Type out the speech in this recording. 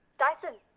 tyson?